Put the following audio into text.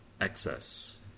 excess